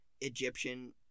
Egyptian